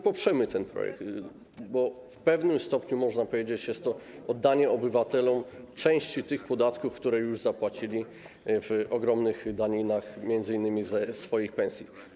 Poprzemy ten projekt, bo w pewnym stopniu jest to oddanie obywatelom części tych podatków, które już zapłacili w ogromnych daninach, m.in. ze swoich pensji.